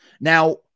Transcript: Now